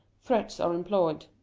threats are employed.